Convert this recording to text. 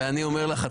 ואני אומר לך,